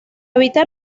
evitar